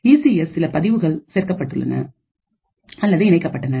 இ C எஸ்ல் சில பதிவுகள் சேர்க்கப்பட்டன அல்லது இணைக்கப்பட்டன